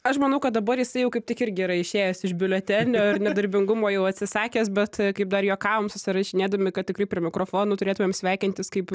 aš manau kad dabar jisai jau kaip tik irgi yra išėjęs iš biuletenio ir nedarbingumo jau atsisakęs bet kaip dar juokavom susirašinėdami kad tikrai prie mikrofonų turėtumėm sveikintis kaip